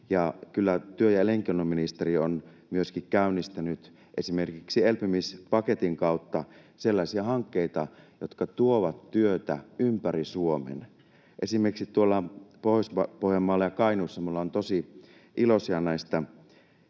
työ- ja elinkeinoministeriö on myöskin käynnistänyt esimerkiksi elpymispaketin kautta sellaisia hankkeita, jotka tuovat työtä ympäri Suomen. Esimerkiksi tuolla Pohjois-Pohjanmaalla ja Kainuussa me ollaan tosi iloisia näistä